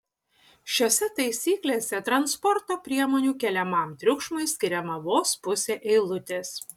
šiose taisyklėse transporto priemonių keliamam triukšmui skiriama vos pusė eilutės